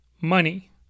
Money